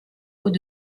hauts